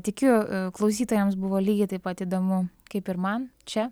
tikiu klausytojams buvo lygiai taip pat įdomu kaip ir man čia